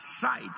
sight